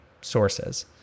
sources